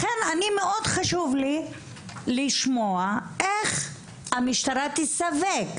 לכן מאוד חשוב לי לשמוע איך המשטרה תסווג,